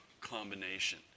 combination